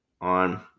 On